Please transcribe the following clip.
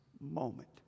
moment